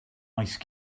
ice